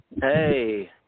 Hey